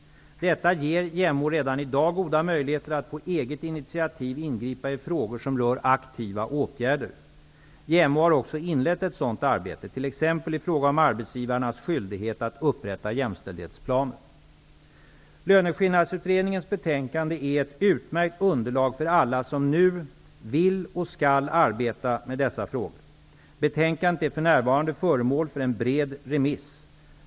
Detta ger JämO redan i dag goda möjligheter att på eget initiativ ingripa i frågor som rör aktiva åtgärder. JämO har också inlett ett sådant arbete, t.ex. i fråga om arbetsgivarnas skyldighet att upprätta jämställdhetsplaner. Löneskillnadsutredningens betänkande är ett utmärkt underlag för alla som nu vill och skall arbeta med dessa frågor. Betänkandet är för närvarande föremål för en bred remiss.